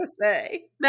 say